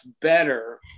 better